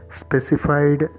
specified